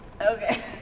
Okay